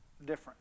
different